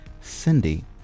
Cindy